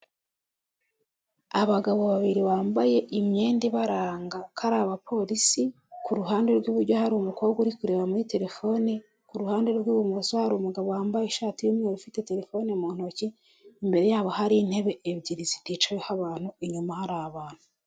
Abagabo babiri bambaye imyenda ibaranga ko ari abapolisi, ku ruhande rw'iburyo hari umukobwa uri kureba muri telefone, ku ruhande rw'ibumoso hari umugabo wambaye ishati y'umweru ufite telefone mu ntoki, imbere yabo hari intebe ebyiri ziticayeho abantu inyuma hari abantu.